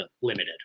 limited